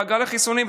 דאגה לחיסונים,